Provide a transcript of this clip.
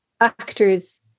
actors